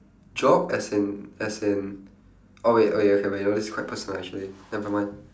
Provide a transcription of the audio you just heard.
job as in as in oh wait wait oh wait okay this is quite personal actually never mind